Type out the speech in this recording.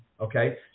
okay